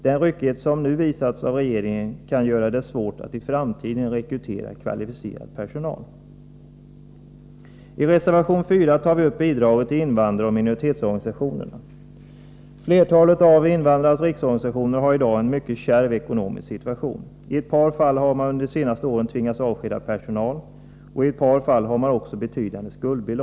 Den ryckighet som nu visats av regeringen kan göra det svårt att i framtiden rekrytera kvalificerad personal. I reservation 4 tar vi upp bidraget till invandraroch minoritetsorganisationer. Flertalet av invandrarnas riksorganisationer har i dag en mycket kärv ekonomisk situation. I ett par fall har man under de senaste åren tvingats avskeda personal, och i andra fall har man ådragit sig betydande skulder.